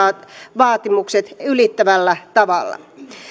minivaatimukset ylittävällä tavalla